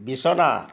বিছনা